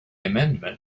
amendment